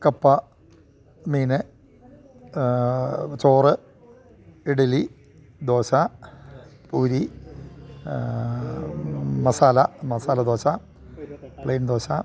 കപ്പ മീന് ചോറ് ഇഡലി ദോശ പൂരി മസാല മസാല ദോശ പ്ലെയിൻ ദോശ